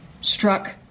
struck